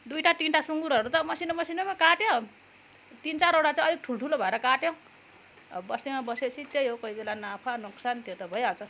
दुइटा तिनटा सुँगुरहरू त मसिनो मसिनोमा काट्यो तिन चारवटा केही अलिक ठुल्ठुलो भएर काट्यो अब बस्तीमा बसेपछि त्यही हो कोही बेला नाफा नोक्सान त्यो त भइहाल्छ